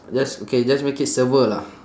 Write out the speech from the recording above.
just okay just make it server lah